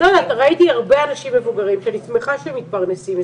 ראיתי הרבה אנשים מבוגרים שאני שמחה שהם מתפרנסים,